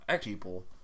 people